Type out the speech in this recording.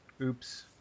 Oops